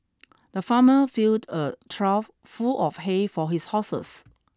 the farmer filled a trough full of hay for his horses